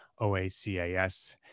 OACAS